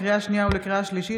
לקריאה שנייה ולקריאה שלישית,